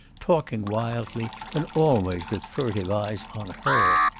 talking wildly, and always with furtive eyes on her.